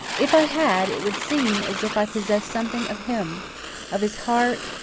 if i had it would seem as if i possessed something of him of his heart,